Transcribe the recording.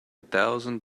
thousand